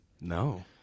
No